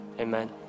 amen